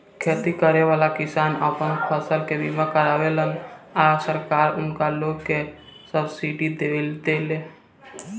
खेती करेवाला किसान आपन फसल के बीमा करावेलन आ सरकार उनका लोग के सब्सिडी देले